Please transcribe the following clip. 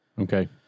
Okay